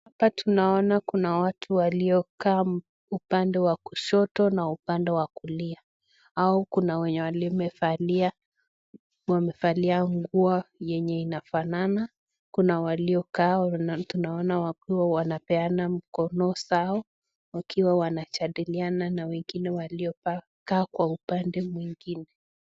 Hapa tunaona kuna watu waliokaa upande wa kushoto na upande wa kulia au kuna wamevalia nguo yenye inafanana. Kuna waliokaa na tunaona wakiwa wanapeana mkono zao wakiwa wanajadiliana na wengine waliokaa kwa upande mwingine.